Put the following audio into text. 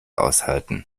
aushalten